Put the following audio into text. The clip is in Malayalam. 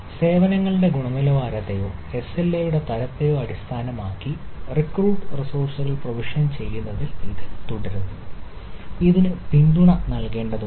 സേവനങ്ങളുടെ ഗുണനിലവാരത്തെയോ എസ്എൽഎയുടെ തരത്തെയോ അടിസ്ഥാനമാക്കി റിക്രൂട്ട് റിസോഴ്സുകൾ പ്രൊവിഷൻ ചെയ്യുന്നതിൽ ഇത് തുടരുന്നു ഇതിന് പിന്തുണ നൽകേണ്ടതുണ്ട്